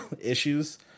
issues